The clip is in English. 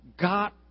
got